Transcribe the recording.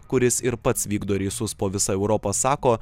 kuris ir pats vykdo reisus po visą europą sako